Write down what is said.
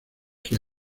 que